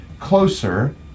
closer